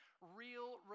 real